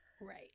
Right